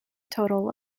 total